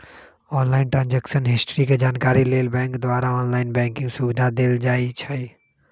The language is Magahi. ऑनलाइन ट्रांजैक्शन हिस्ट्री के जानकारी लेल बैंक द्वारा ऑनलाइन बैंकिंग सुविधा देल जाइ छइ